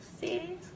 see